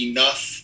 Enough